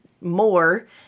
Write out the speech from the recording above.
more